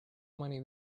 money